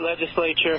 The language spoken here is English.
Legislature